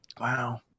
Wow